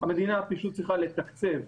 המדינה צריכה לתקצב,